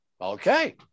Okay